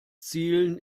zielen